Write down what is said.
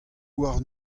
warn